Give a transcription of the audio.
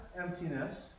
emptiness